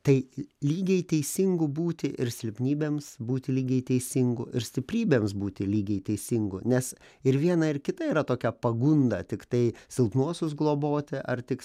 tai lygiai teisingu būti ir silpnybėms būti lygiai teisingu ir stiprybėms būti lygiai teisingu nes ir viena ir kita yra tokia pagunda tiktai silpnuosius globoti ar tik